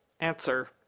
Answer